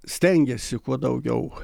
stengiasi kuo daugiau